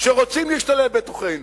שרוצים להשתלב בתוכנו,